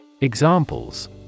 Examples